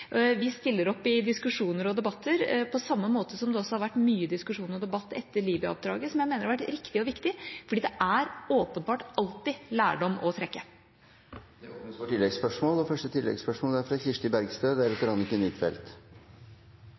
Vi stiller opp i diskusjoner og debatter, på samme måte som det også har vært mye diskusjon og debatt etter Libya-oppdraget. Det mener jeg har vært riktig og viktig, for det er åpenbart alltid lærdom å